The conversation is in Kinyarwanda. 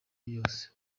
yose